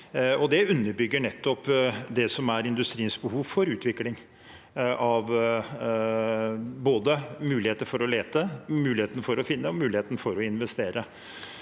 Det underbygger det som er industriens behov for utvikling når det gjelder både muligheter for å lete, muligheter for å finne og muligheter for å investere.